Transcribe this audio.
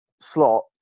slot